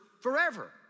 forever